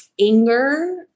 anger